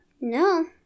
No